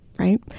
right